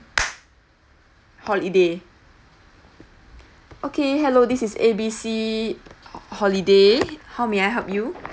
holiday okay hello this is A B C holiday how may I help you